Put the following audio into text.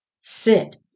sit